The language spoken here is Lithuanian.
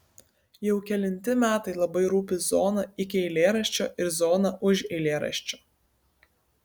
jau kelinti metai labai rūpi zona iki eilėraščio ir zona už eilėraščio